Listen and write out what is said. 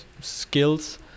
skills